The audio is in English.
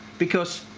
because